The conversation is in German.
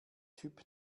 typ